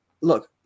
look